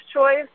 choice